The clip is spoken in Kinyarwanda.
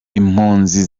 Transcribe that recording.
impunzi